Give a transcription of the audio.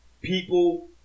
People